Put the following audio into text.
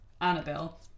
Annabelle